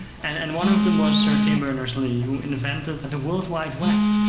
and one of them was sir tim berners-lee, who invented the world wide web.